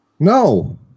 No